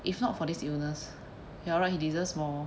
if not for this illness you are right he deserves more